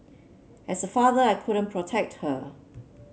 as a father I couldn't protect her